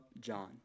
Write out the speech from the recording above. John